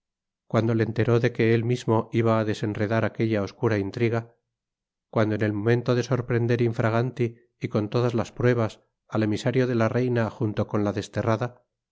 cuando le enteró de que él mismo iba á desenredar aquella oscura intriga cuando en el momento de sorprender infraganti y con todas las pruebas al emisario de la reina junto con la desterrada